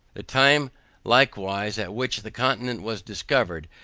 the time likewise at which the continent was discovered,